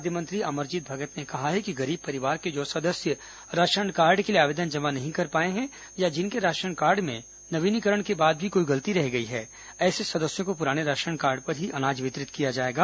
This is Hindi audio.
खाद्य मंत्री अमरजीत भगत ने कहा है कि गरीब परिवार के जो सदस्य राशन कार्ड के लिए आवेदन जमा नहीं कर पाए हैं या जिनके राशन कार्ड में नवीनीकरण के बाद भी कोई गलती रह गई है ऐसे सदस्यों को पुराने राशन कार्ड पर ही अनाज वितरित किया जाएगा